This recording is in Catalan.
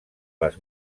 les